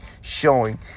showing